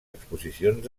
exposicions